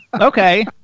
Okay